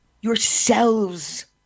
yourselves